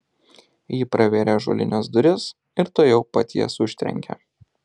ji pravėrė ąžuolines duris ir tuojau pat jas užtrenkė